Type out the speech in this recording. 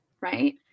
right